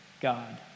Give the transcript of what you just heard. God